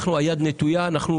היד נטויה ואנחנו